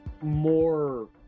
more